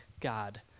God